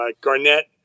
garnett